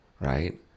right